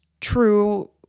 true